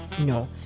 no